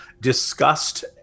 discussed